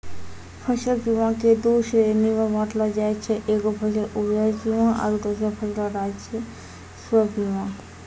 फसल बीमा के दु श्रेणी मे बाँटलो जाय छै एगो फसल उपज बीमा आरु दोसरो फसल राजस्व बीमा